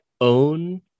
own